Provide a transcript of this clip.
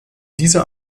dieser